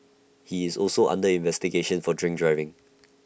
he is also under investigation for drink driving